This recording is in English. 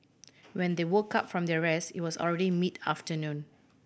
when they woke up from their rest it was already mid afternoon